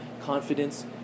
confidence